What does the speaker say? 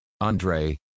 Andre